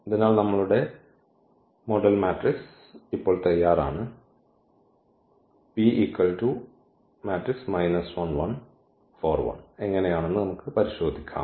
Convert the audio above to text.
അതിനാൽ നമ്മളുടെ model matrix ഇപ്പോൾ തയ്യാറാണ് ഈ എങ്ങനെയാണെന്ന് നമുക്ക് പരിശോധിക്കാം